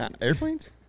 Airplanes